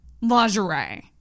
lingerie